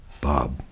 Bob